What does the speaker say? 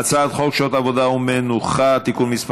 הצעת חוק שעות עבודה ומנוחה (תיקון מס'